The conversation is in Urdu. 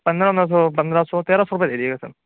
پندرہ نا سو پندرہ سو تیرہ سو روپئے دے دیجیے گا سر